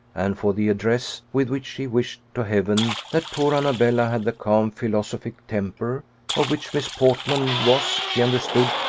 and for the address with which she wished to heaven that poor annabella had the calm philosophic temper of which miss portman was, she understood,